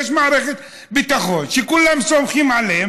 יש מערכת ביטחון שכולם סומכים עליה,